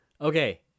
Okay